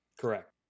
Correct